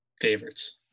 favorites